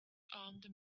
armed